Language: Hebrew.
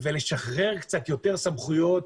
לשחרר קצת יותר סמכויות